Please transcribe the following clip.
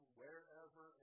wherever